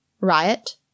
Riot